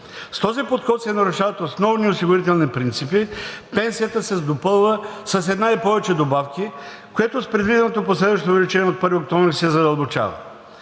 С този подход се нарушават основни осигурителни принципи. Пенсията се допълва с една и повече добавки, с което предвиденото последващо увеличение от 1 октомври се задълбочава.